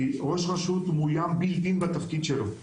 כי ראש רשות מאויים בילט אין בתפקיד שלו.